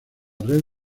red